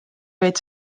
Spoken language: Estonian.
võid